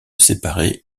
séparer